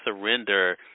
surrender